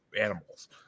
animals